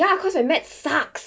ya cause my math sucks